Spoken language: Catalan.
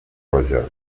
roja